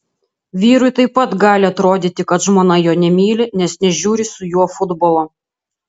vyrui taip pat gali atrodyti kad žmona jo nemyli nes nežiūri su juo futbolo